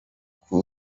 kuko